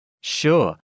Sure